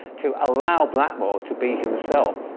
to allow blackmore to be himself.